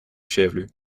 chevelu